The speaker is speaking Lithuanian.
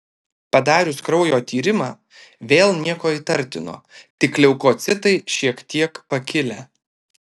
padarius kraujo tyrimą vėl nieko įtartino tik leukocitai šiek tiek pakilę